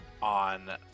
on